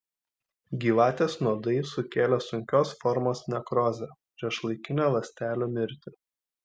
gyvatės nuodai sukėlė sunkios formos nekrozę priešlaikinę ląstelių mirtį